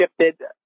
shifted